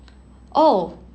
oh